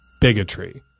bigotry